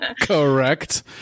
Correct